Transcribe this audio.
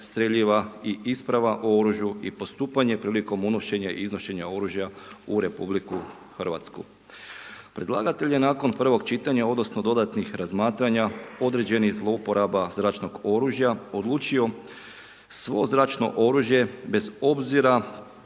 streljiva i isprava o oružju i postupanje prilikom unošenja i iznošenja oružja u Republiku Hrvatsku. Predlagatelj je nakon prvog čitanja, odnosno dodatnih razmatranja određenih zlouporaba zračnog oružja odlučio svo zračno oružje bez obzira